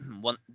one